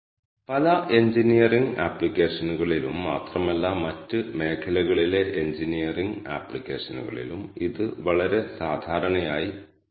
അതിനാൽ ഈ case study പരിഹരിക്കുന്നതിന് ആദ്യം നമ്മുടെ R സ്റ്റുഡിയോ വർക്ക് സ്പേസ് സജ്ജീകരിക്കേണ്ടതുണ്ട്